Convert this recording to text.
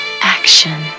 action